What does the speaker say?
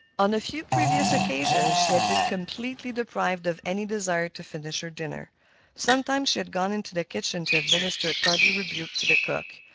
on a few previous occasions she had been completely deprived of any desire to finish her dinner sometimes she had gone into the kitchen to administer a tardy rebuke to the cook.